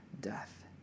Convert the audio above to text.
death